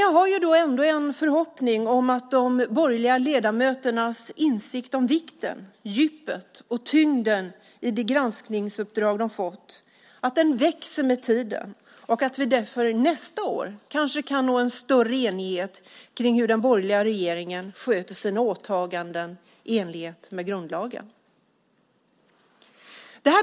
Jag har ändå en förhoppning om att de borgerliga ledamöternas insikt om vikten, djupet och tyngden i det granskningsuppdrag de fått växer med tiden och om att vi därför nästa år kanske kan nå en större enighet om hur den borgerliga regeringen sköter sina åtaganden enligt grundlagen.